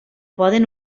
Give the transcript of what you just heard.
poden